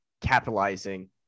capitalizing